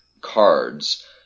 cards